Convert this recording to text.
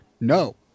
No